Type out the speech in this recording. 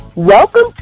Welcome